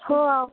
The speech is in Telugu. హో